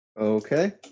Okay